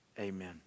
Amen